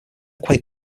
quake